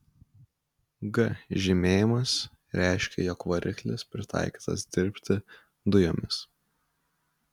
g žymėjimas reiškė jog variklis pritaikytas dirbti dujomis